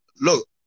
Look